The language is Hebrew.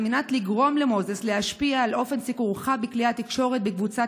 על מנת לגרום למוזס להשפיע על אופן סיקורך בכלי התקשורת בקבוצת